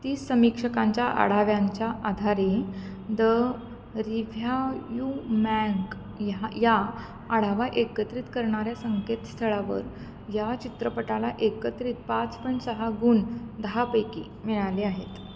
तीस समीक्षकांच्या आढाव्यांच्या आधारे द रिव्ह्यायूमँक ह्या या आढावा एकत्रित करणाऱ्या संकेतस्थळावर या चित्रपटाला एकत्रित पाच पॉईंट सहा गुण दहापैकी मिळाले आहेत